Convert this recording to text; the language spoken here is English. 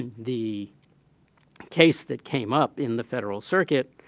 and the case that came up in the federal circuit,